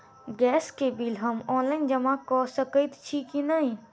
Gas केँ bill हम online जमा कऽ सकैत छी की नै?